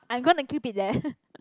I'm gonna keep it there